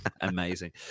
Amazing